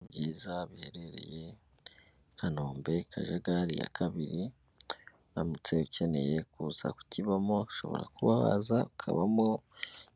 Ni byiza biherereye kanombe kajagari ya kabiri uramutse ukeneye kuza kukibamo ushobora kuba waza ukabamo